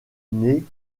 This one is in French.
née